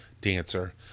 dancer